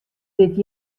dit